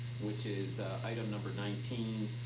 which is item number nineteen.